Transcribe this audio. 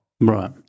right